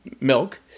milk